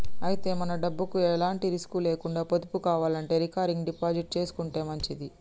అయితే మన డబ్బుకు ఎలాంటి రిస్కులు లేకుండా పొదుపు కావాలంటే రికరింగ్ డిపాజిట్ చేసుకుంటే మంచిది